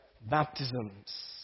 Baptisms